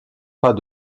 pas